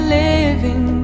living